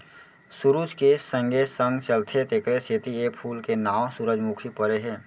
सुरूज के संगे संग चलथे तेकरे सेती ए फूल के नांव सुरूजमुखी परे हे